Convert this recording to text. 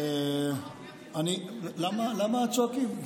למה צועקים?